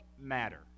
matter